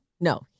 No